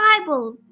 Bible